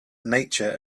nature